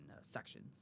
sections